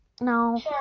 no